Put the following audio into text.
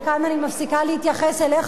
וכאן אני מפסיקה להתייחס אליך,